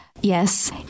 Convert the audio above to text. Yes